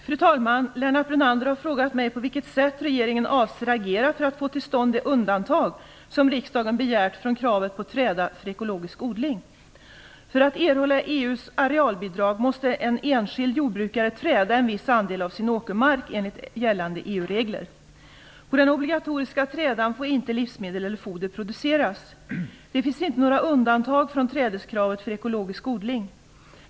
Fru talman! Lennart Brunander har frågat mig på vilket sätt regeringen avser agera för att få till stånd det undantag som riksdagen har begärt från kravet på träda för ekologisk odling. För att erhålla EU:s arealbidrag måste en enskild jordbrukare träda en viss andel av sin åkermark enligt gällande EG-regler. På den obligatoriska trädan får inte livsmedel eller foder produceras. Det finns inte några undantag från trädeskravet för ekologisk odling.